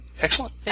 excellent